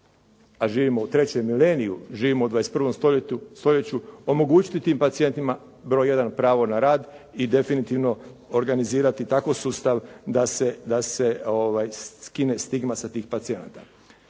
a živimo u trećem mileniju, živimo u 21. stoljeću, omogućiti tim pacijentima, broj 1 pravo na rad i definitivno organizirati tako sustav da se skine stigma sa tih pacijenata.